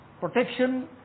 Protection